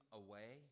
away